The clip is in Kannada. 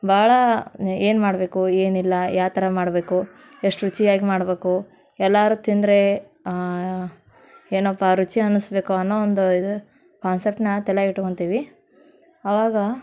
ಭಾಳ ನೆ ಏನು ಮಾಡಬೇಕು ಏನಿಲ್ಲ ಯಾವ ಥರ ಮಾಡಬೇಕು ಎಷ್ಟು ರುಚಿಯಾಗಿ ಮಾಡ್ಬೇಕು ಎಲ್ಲರೂ ತಿಂದ್ರೆ ಏನೋಪ್ಪ ರುಚಿ ಅನಿಸ್ಬೇಕು ಅನ್ನೋ ಒಂದು ಇದು ಕಾನ್ಸೆಪ್ಟನ್ನ ತಲ್ಯಾಗೆ ಇಟ್ಕೊಂತೀವಿ ಅವಾಗ